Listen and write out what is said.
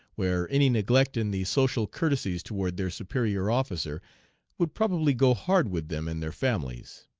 where any neglect in the social courtesies toward their superior officer would probably go hard with them and their families.